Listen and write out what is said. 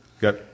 got